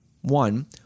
One